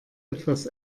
etwas